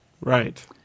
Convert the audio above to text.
Right